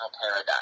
paradigm